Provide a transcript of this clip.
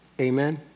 Amen